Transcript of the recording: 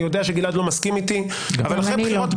אני יודע שגלעד לא מסכים איתי אבל אחרי בחירות,